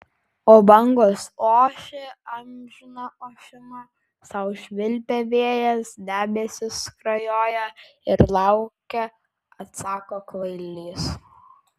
o bangos ošia amžiną ošimą sau švilpia vėjas debesys skrajoja ir laukia atsako kvailys